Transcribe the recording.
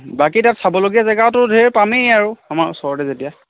বাকী তাত চাবলগীয়া জেগাওটো ধেৰ পামেই আৰু আমাৰ ওচৰতে যেতিয়া